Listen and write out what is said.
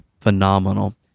phenomenal